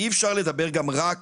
אי אפשר לדבר גם רק